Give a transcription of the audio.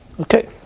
Okay